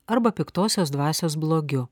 arba piktosios dvasios blogiu